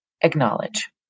acknowledge